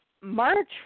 March